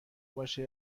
باشه